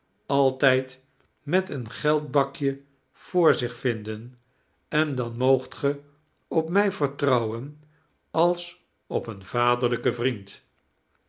altijd met een geldbakje voor zich vinden en dan moogt ge op mij vertrouwen als op een vaderlijken vriend